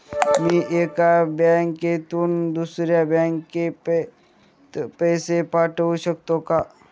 मी एका बँकेतून दुसऱ्या बँकेत पैसे पाठवू शकतो का?